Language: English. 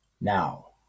Now